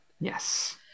yes